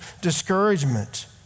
discouragement